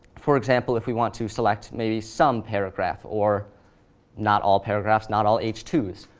for example, if we want to select maybe some paragraph, or not all paragraphs, not all h two s.